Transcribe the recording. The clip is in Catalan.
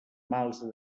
mals